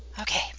Okay